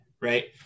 Right